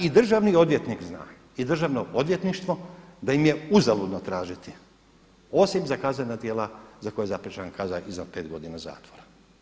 Da i državni odvjetnik zna i državno odvjetništvo da im je uzaludno tražiti osim za kaznena djela za koja je zapriječena kazna iznad 5 godina zatvora.